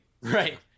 right